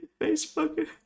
Facebook